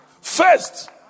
first